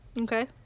Okay